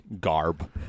garb